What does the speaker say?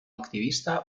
activista